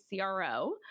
CRO